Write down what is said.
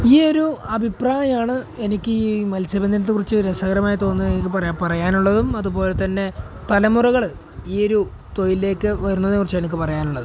ഈയൊരു അഭിപ്രായമാണ് എനിക്ക് ഈ മത്സ്യബന്ധനത്തെക്കുറിച്ച് രസകരമായി തോന്നുന്നതായി എനിക്ക് പറയാനുള്ളതും അതുപോലെ തന്നെ തലമുറകള് ഈയൊരു തൊഴിലിലേക്ക് വരുന്നതിനെക്കുറിച്ച് എനിക്ക് പറയാനുള്ളതും